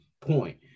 point